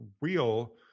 real